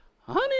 Honey